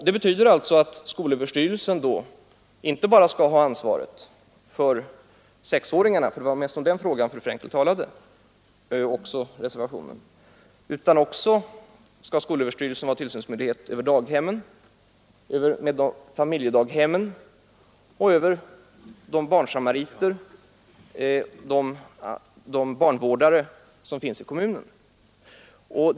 Det betyder att skolöverstyrelsen inte bara skulle ha ansvaret för sexåringarna — det var mest om den frågan fru Frenkel talade, liksom man gör i reservationen — utan skolöverstyrelsen skulle också vara tillsynsmyndighet för daghemmen, för familjedaghemmen, för barnsamariterna och för de barnvårdare som finns i kommunerna.